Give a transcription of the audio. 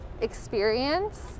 experience